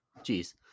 Jeez